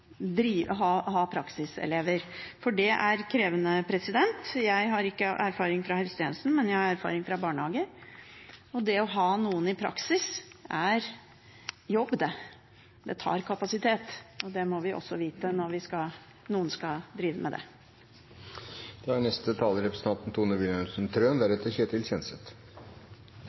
å ha praksiselever. For det er krevende. Jeg har ikke erfaring fra helsetjenesten, men fra barnehage, og det å ha noen i praksis, det er jobb og tar kapasitet. Det må vi også vite når noen skal drive med det. Representanten Andersen tar opp dette med heltidskultur. Er